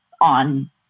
on